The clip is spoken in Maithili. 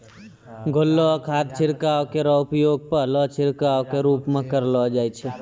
घोललो खाद छिड़काव केरो उपयोग पहलो छिड़काव क रूप म करलो जाय छै